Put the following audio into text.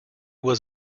was